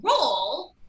role